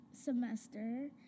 semester